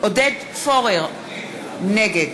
עודד פורר, נגד